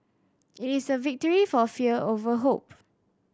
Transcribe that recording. it is a victory for fear over hope